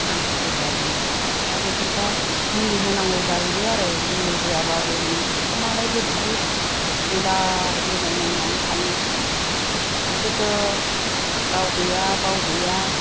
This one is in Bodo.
मानसिफोर बादिनो दा बेफोरखौ मुलि होनांगौ जाहैबाय आरो मुलि होआबाबो हनै बिसोरखौ मालाय बोरैहाय लिलाय लिलाय नायनानै थानो बिसोरथ' राव गैया बाव गैया